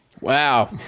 Wow